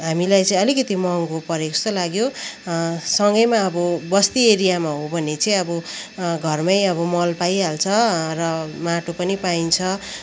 हामीलाई चाहिँ अलिकति महँगो परेको जस्तो लाग्यो सँगैमा अब बस्ती एरियामा हो भने चाहिँ अब घरमै अब मल पाइहाल्छ र माटो पनि पाइन्छ